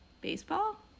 Baseball